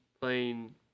playing